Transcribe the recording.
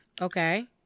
Okay